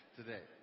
today